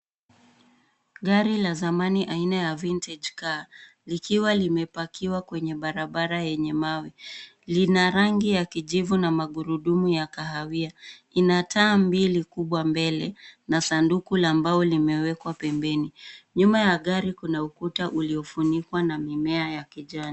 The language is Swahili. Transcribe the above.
Gari la zamani aina ya vintage car likiwa limepakiwa kwenye barabara yenye mawe, lina rangi ya kijivu na magurudumu ya kahawia lina taa mbili kubwa mbele na sanduku la mbao limewekwa pembeni, nyuma ya gari kuna ukuta uliofunikwa na mimea ya kijani.